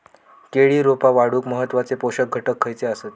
केळी रोपा वाढूक महत्वाचे पोषक घटक खयचे आसत?